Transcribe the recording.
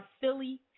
Philly